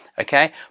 Okay